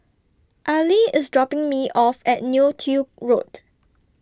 Arley IS dropping Me off At Neo Tiew Road